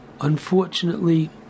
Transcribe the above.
unfortunately